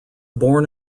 born